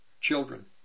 children